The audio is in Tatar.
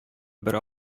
бер